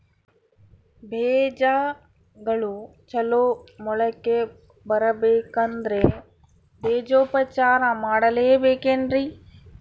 ಬೇಜಗಳು ಚಲೋ ಮೊಳಕೆ ಬರಬೇಕಂದ್ರೆ ಬೇಜೋಪಚಾರ ಮಾಡಲೆಬೇಕೆನ್ರಿ?